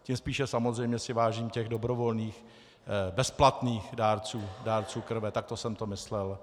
Tím spíše si samozřejmě vážím těch dobrovolných bezplatných dárců krve, takto jsem to myslel.